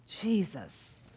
Jesus